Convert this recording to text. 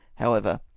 however,